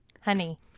Honey